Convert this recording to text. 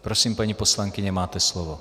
Prosím, paní poslankyně, máte slovo.